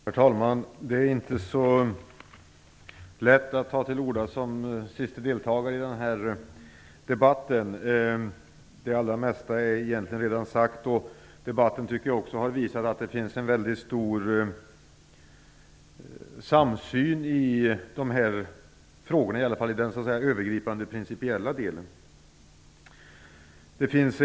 Herr talman! Det är inte så lätt att ta till orda som siste deltagare i denna debatt. Det allra mesta är egentligen redan sagt, och debatten har också visat att det finns en stor samsyn i dessa frågor, i alla fall i den övergripande, principiella delen.